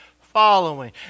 following